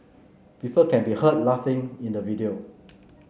people can be heard laughing in the video